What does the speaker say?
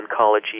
oncology